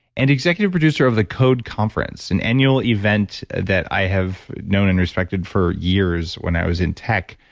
and executive producer of the code conference, an annual event that i have known and respected for years when i was in tech,